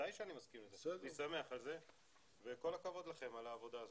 אין בעיה,